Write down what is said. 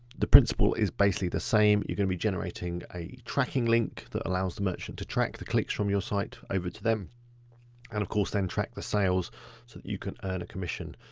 the principle is basically the same. you're gonna be generating a tracking link that allows the merchants to track the clicks from your site over to them and of course then, track the sales so that you can earn a commission.